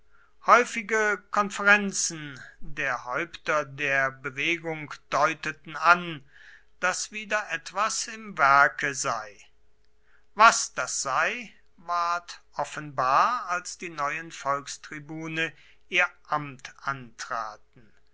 häufige konferenzen der häupter der bewegung deuteten an daß wieder etwas im werke sei was das sei ward offenbar als die neuen volkstribune ihr amt antraten